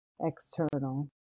external